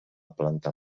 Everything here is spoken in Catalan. planta